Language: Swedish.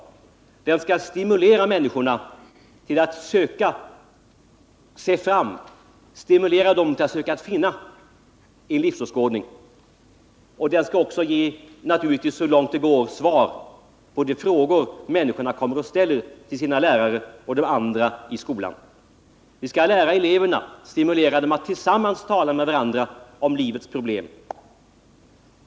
Skolan skall stimulera människorna till att söka sig fram och söka finna en livsåskådning. Den skall naturligtvis också, så långt det går, ge svar på de frågor som eleverna ställer till sina lärare och andra i skolan. Vi skall stimulera eleverna att tala med varandra om livets problem.